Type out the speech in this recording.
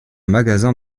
magasin